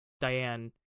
diane